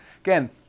Again